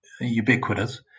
ubiquitous